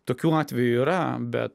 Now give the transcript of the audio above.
tokių atvejų yra bet